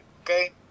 okay